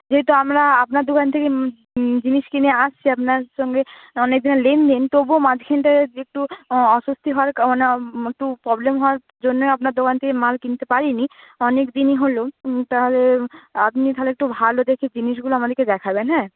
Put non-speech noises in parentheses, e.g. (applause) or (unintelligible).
যেহেতু আমরা আপনার দোকান থেকে (unintelligible) জিনিস কিনে আসছি আপনার সঙ্গে অনেক দিনের লেনদেন তবু মাঝখানটায় একটু (unintelligible) অস্বস্তি হওয়ার (unintelligible) একটু প্রবলেম হওয়ার জন্যে আপনার দোকান থেকে মাল কিনতে পারিনি অনেক দিনই হলো তাহলে আপনি তাহলে একটু ভালো দেখে জিনিসগুলো আমাদেরকে দেখাবেন হ্যাঁ